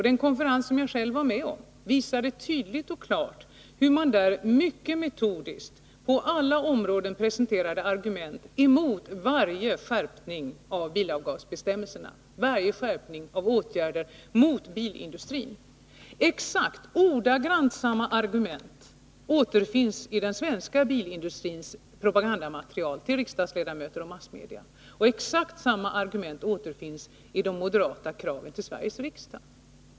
Den konferens som jag själv deltog i visade tydligt och klart hur man mycket metodiskt på alla områden presenterade argument emot varje skärpning av bilavgasbestämmelserna, varje åtgärd mot bilindustrin. Ordagrant samma argument återfinns i den svenska bilindustrins propagandamaterial till riksdagsledamöter och massmedia, exakt samma argument återfinns i de moderata kraven till Sveriges riksdag.